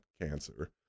cancer